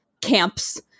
camps